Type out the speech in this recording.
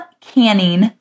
Canning